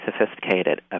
sophisticated